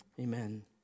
Amen